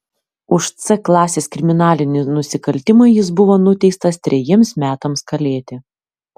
už c klasės kriminalinį nusikaltimą jis buvo nuteistas trejiems metams kalėti